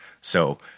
So-